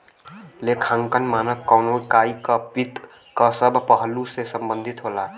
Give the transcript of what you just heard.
लेखांकन मानक कउनो इकाई क वित्त क सब पहलु से संबंधित होला